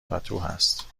پتوهست